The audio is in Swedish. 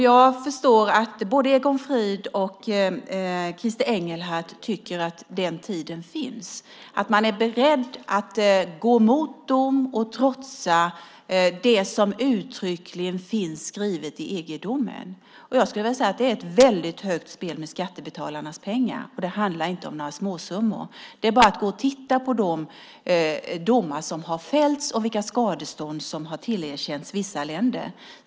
Jag förstår att både Christer Engelhardt och Egon Frid tycker att man är beredd att gå emot dom och trotsa det som uttryckligen finns skrivet i EG-domen. Det är ett väldigt högt spel med skattebetalarnas pengar. Det handlar inte om några småsummor. Det är bara att titta på de domar som har fällts och vilka skadestånd som har tillerkänts vissa länder.